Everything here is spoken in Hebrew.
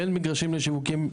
אין מגרשים לשיווקים,